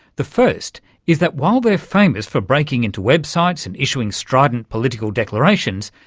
the first is that while they're famous for breaking into websites and issuing strident political declarations,